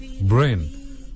brain